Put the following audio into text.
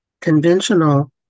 conventional